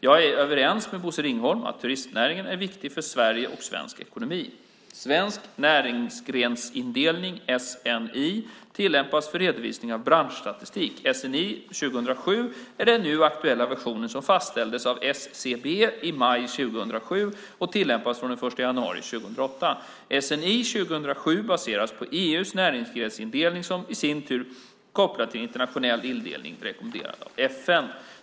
Jag är överens med Bosse Ringholm om att turistnäringen är viktig för Sverige och svensk ekonomi. Svensk näringsgrensindelning, SNI, tillämpas för redovisning av branschstatistik. SNI 2007 är den nu aktuella versionen som fastställdes av SCB i maj 2007 och tillämpas från den 1 januari 2008. SNI 2007 baseras på EU:s näringsgrensindelning som i sin tur är kopplad till en internationell indelning rekommenderad av FN.